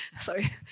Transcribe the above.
Sorry